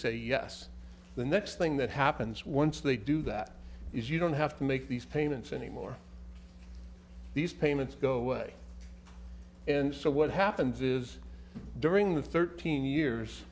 say yes the next thing that happens once they do that is you don't have to make these payments anymore these payments go away and so what happens is during the thirteen years